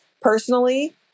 personally